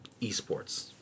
eSports